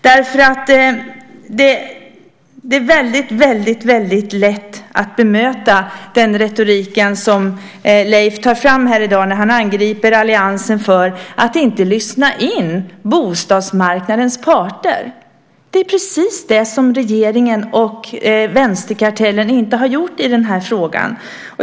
Det är nämligen väldigt lätt att bemöta den retorik som Leif tar fram här i dag när han angriper alliansen för att inte lyssna in bostadsmarknadens parter. Men det är precis det som regeringen och vänsterkartellen inte har gjort i den här frågan!